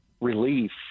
relief